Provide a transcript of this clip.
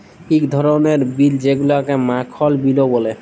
ইক ধরলের বিল যেগুলাকে মাখল বিলও ব্যলা হ্যয়